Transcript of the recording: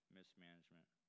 mismanagement